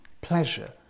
pleasure